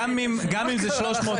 גם אם זה 300 אוהדים.